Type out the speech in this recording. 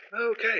okay